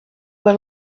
were